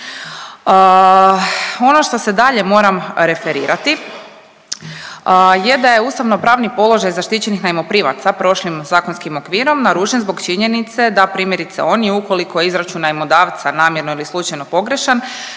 Ono što se dalje moram referirati je da je ustavnopravni položaj zaštićenih najmoprimaca prošlim zakonskim okvirom narušen zbog činjenice da primjerice oni ukoliko izračun najmodavca namjerno ili slučajno pogrešan,